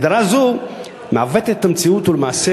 הגדרה זו מעוותת את המציאות ולמעשה